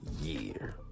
year